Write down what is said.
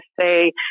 say